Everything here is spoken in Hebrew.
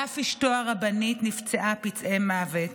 ואף אשתו הרבנית נפצעה פצעי מוות.